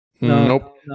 nope